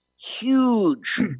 huge